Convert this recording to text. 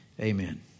Amen